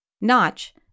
Notch